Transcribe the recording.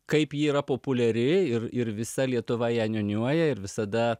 kaip ji yra populiari ir ir visa lietuva ją niūniuoja ir visada